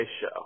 Show